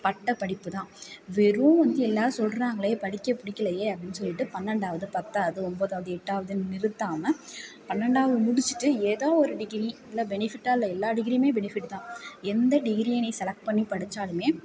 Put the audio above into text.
பட்ட படிப்பு தான் வெறும் வந்து எல்லோரும் சொல்கிறாங்களே படிக்க பிடிக்கலையே அப்படினு சொல்லிட்டு பன்னெண்டாவது பத்தாவது ஒம்போதாவது எட்டாவதுன்னு நிறுத்தாமல் பன்னெண்டாவது முடித்திட்டு ஏதோ ஒரு டிகிரி இல்லை பெனிஃபிட்டாக இல்லை எல்லா டிகிரியுமே பெனிஃபிட்டு தான் எந்த டிகிரியை நீ செலக்ட் பண்ணி படித்தாலுமே